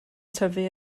tyfu